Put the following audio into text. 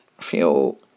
fuel